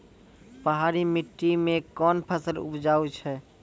पहाड़ी मिट्टी मैं कौन फसल उपजाऊ छ?